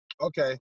okay